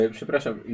Przepraszam